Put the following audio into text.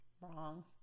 Wrong